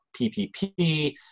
PPP